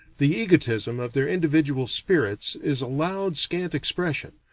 the egotism of their individual spirits is allowed scant expression,